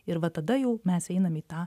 ir va tada jau mes einam į tą